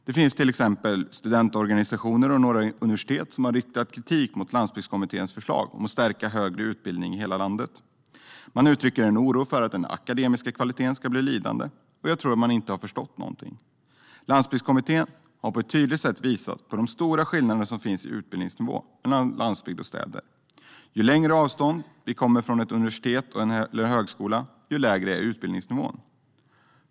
Det finns till exempel studentorganisationer och några universitet som har riktat kritik mot Landsbygdskommitténs förslag om att stärka högre utbildning i hela landet. Man uttrycker en oro för att den akademiska kvaliteten ska bli lidande. Jag tror att man inte har förstått någonting. Landsbygdskommittén har på ett tydligt sätt visat på de stora skillnader som finns i utbildningsnivå mellan landsbygd och städer. Ju längre avstånd vi kommer från ett universitet eller en högskola, desto lägre är utbildningsnivån.